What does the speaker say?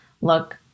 Look